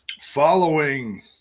Following